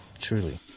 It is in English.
truly